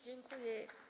Dziękuję.